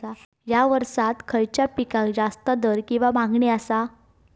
हया वर्सात खइच्या पिकाक जास्त दर किंवा मागणी आसा?